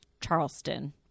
Charleston